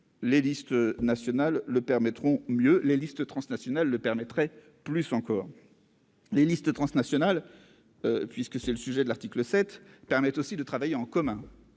Les listes nationales le permettront mieux. Les listes transnationales le permettraient plus encore. Les listes transnationales- puisque tel est le sujet de l'article 7 -permettraient aussi aux partis, aux